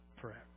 forever